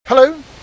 Hello